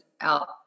out